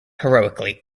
heroically